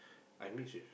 I mix with